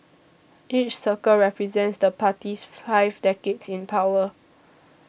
each circle represents the party's five decades in power